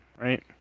right